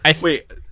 wait